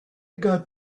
got